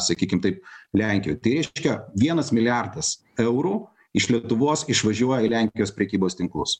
sakykim taip lenkijoj tai reiškia vienas milijardas eurų iš lietuvos išvažiuoja į lenkijos prekybos tinklus